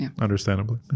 understandably